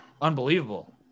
unbelievable